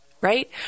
right